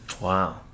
wow